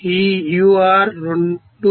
ఈ ur 2